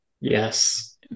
Yes